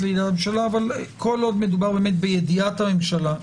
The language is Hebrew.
לידי הממשלה אבל כל עוד מדובר בידיעת הממשלה,